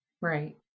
Right